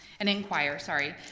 and inquire, sorry.